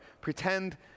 Pretend